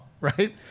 right